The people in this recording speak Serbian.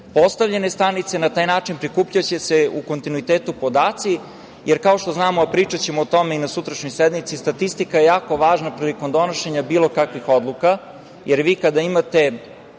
postavljene stanice. Na taj način prikupljaće se u kontinuitetu podaci, jer kao što znamo, pričaćemo o tome na sutrašnjoj sednici, statistika je jako važna prilikom donošenja bilo kakvih odluka, jer vi kada imate